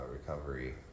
Recovery